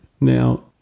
Now